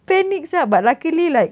panic sia but luckily like